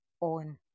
on